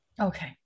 Okay